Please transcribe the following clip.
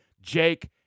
Jake